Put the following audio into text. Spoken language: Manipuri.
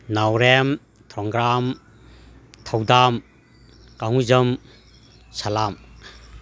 ꯅꯥꯎꯔꯦꯝ ꯊꯣꯡꯒ꯭ꯔꯥꯝ ꯊꯧꯗꯥꯝ ꯀꯥꯉꯨꯖꯝ ꯁꯂꯥꯝ